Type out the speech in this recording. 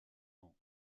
ans